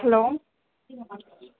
hello